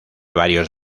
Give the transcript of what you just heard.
varios